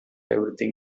everything